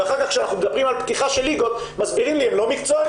ואחר כך כשאנחנו מדברים על פתיחה של ליגות מסבירים לי: הם לא מקצוענים,